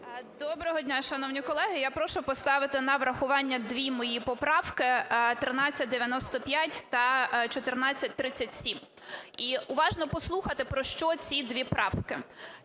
Доброго дня, шановні колеги. Я прошу поставити на врахування дві мої поправки: 1395 та 1437 і уважно послухати, про що ці дві правки.